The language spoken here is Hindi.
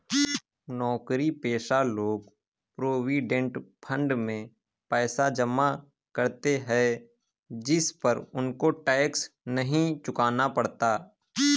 नौकरीपेशा लोग प्रोविडेंड फंड में पैसा जमा करते है जिस पर उनको टैक्स नहीं चुकाना पड़ता